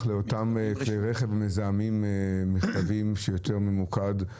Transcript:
לאותם כלי רכב מזהמים מכתבים ממוקדים יותר,